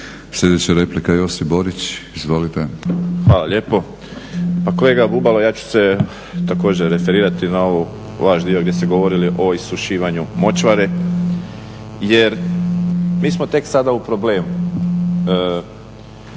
Sljedeća replika Josip Borić, izvolite. **Borić, Josip (HDZ)** Hvala lijepo. Pa kolega Bubalo ja ću se također referirati na ovaj vaš dio gdje ste govorili o isušivanju močvare. Jer mi smo tek sada u problemu.